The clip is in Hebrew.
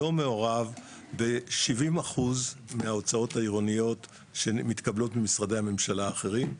לא מעורב ב-70% מההוצאות העירוניות שמתקבלות במשרדי הממשלה האחרים.